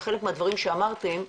על חלק מהדברים שאמרתם.